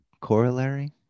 corollary